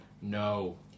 No